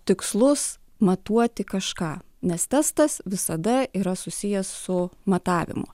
tikslus matuoti kažką nes testas visada yra susijęs su matavimu